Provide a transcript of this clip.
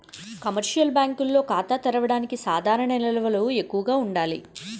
commercial బ్యాంకుల్లో ఖాతా తెరవడానికి సాధారణ నిల్వలు ఎక్కువగా ఉండాలి